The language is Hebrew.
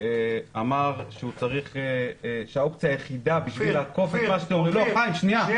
שאמר שהאופציה היחידה בשביל לעקוף את מה שנקבע --- אופיר,